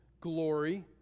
glory